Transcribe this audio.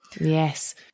yes